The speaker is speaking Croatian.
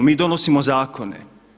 Mi donosimo zakone.